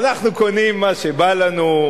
היום אנחנו קונים מה שבא לנו,